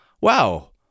wow